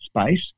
space